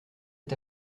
est